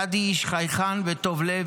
"גדי איש חייכן וטוב לב,